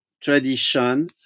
tradition